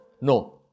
No